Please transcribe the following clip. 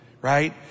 right